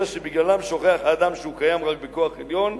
אלא שבגללם שוכח האדם שהוא קיים רק בכוח עליון,